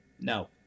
No